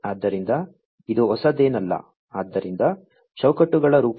ಆದ್ದರಿಂದ ಇದು ಹೊಸದೇನಲ್ಲ ಆದ್ದರಿಂದ ಚೌಕಟ್ಟುಗಳ ರೂಪದಲ್ಲಿ